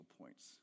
points